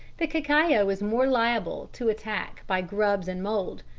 the cacao is more liable to attack by grubs and mould.